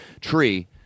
tree